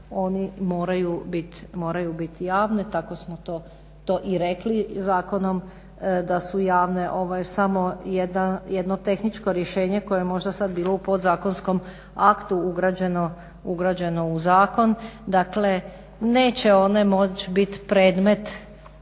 oni moraju bit, bit javne, tako smo to i rekli zakonom da su javne samo jedno, jedno tehničko rješenje koje je možda sad bilo u podzakonskom aktu ugrađeno u zakon. Dakle, neće one moć bit predmet